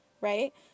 right